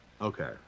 Okay